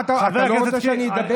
אתה לא רוצה שאני אדבר?